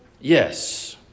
Yes